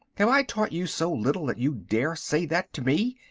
have i taught you so little that you dare say that to me?